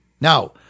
Now